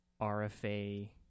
RFA